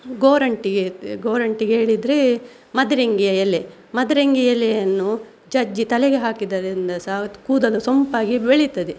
ಗೋರಂಟಿ ಗೋರಂಟಿ ಹೇಳಿದರೆ ಮದರಂಗಿಯ ಎಲೆ ಮದರಂಗಿ ಎಲೆಯನ್ನು ಜಜ್ಜಿ ತಲೆಗೆ ಹಾಕಿದ್ದರಿಂದ ಸಹ ಕೂದಲು ಸೊಂಪಾಗಿ ಬೆಳೀತದೆ